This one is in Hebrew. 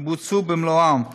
שבוצעו במלואן,